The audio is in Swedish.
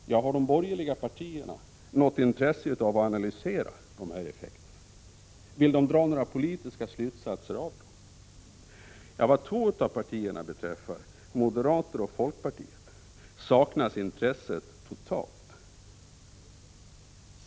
Har då de borgerliga partierna i dag något intresse av att analysera de här effekterna? Vill de dra några politiska slutsatser av dem? Vad två av partierna beträffar, moderaterna och folkpartiet, saknas intresset totalt.